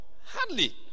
Hardly